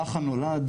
רך הנולד,